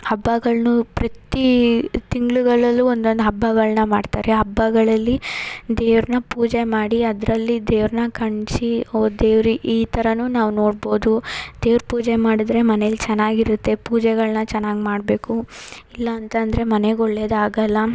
ಹಬ್ಬಗಳನ್ನೂ ಪ್ರತಿ ತಿಂಗ್ಳುಗಳಲ್ಲು ಒಂದೊಂದು ಹಬ್ಬಗಳನ್ನ ಮಾಡ್ತಾರೆ ಹಬ್ಬಗಳಲ್ಲಿ ದೇವ್ರನ್ನ ಪೂಜೆ ಮಾಡಿ ಅದರಲ್ಲಿ ದೇವ್ರನ್ನ ಕಂಡ್ಸಿ ಓ ದೇವರೇ ಈ ಥರವೂ ನಾವು ನೋಡ್ಬೋದು ದೇವ್ರ ಪೂಜೆ ಮಾಡಿದ್ರೆ ಮನೇಲಿ ಚೆನ್ನಾಗಿ ಇರುತ್ತೆ ಪೂಜೆಗಳನ್ನ ಚೆನ್ನಾಗಿ ಮಾಡಬೇಕು ಇಲ್ಲ ಅಂತಂದರೆ ಮನೆಗೆ ಒಳ್ಳೇದು ಆಗಲ್ಲ